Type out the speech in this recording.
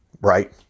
right